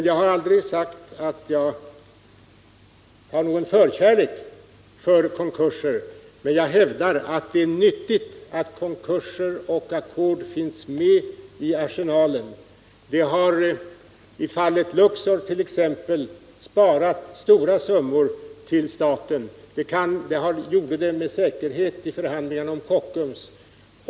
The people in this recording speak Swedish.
Jag har aldrig sagt att jag har någon förkärlek för konkurser. Jag vill dock hävda att det är bra att konkurser och ackord finns med i arsenalen. I exempelvis fallet Luxor sparade man på så sätt stora summor till staten, och det gjorde man med säkerhet också i fallet Kockums.